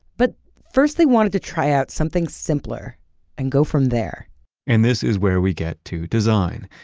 but first they wanted to try out something simpler and go from there and this is where we get to design.